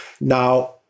Now